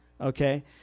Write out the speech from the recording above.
okay